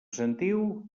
sentiu